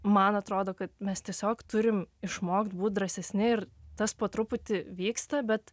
man atrodo kad mes tiesiog turim išmokti būti drąsesni ir tas po truputį vyksta bet